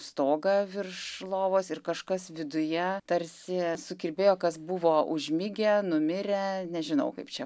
stogą virš lovos ir kažkas viduje tarsi sukirbėjo kas buvo užmigę numirę nežinau kaip čia